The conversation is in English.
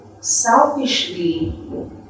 selfishly